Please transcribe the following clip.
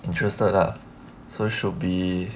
interested lah so should be